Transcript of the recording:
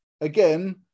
again